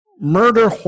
murder